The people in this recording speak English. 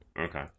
Okay